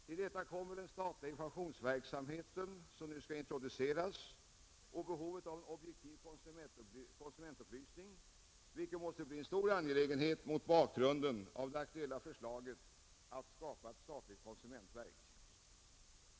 Till detta kommer den statliga informationsverksamheten som nu skall introduceras och behovet av en objektiv konsumentupplysning, vilket måste bli en stor angelägenhet mot bakgrunden av det aktuella förslaget att skapa ett statligt konsumentverk.